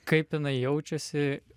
kaip jinai jaučiasi